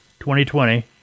2020